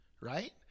Right